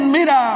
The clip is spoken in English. mira